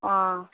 ஆ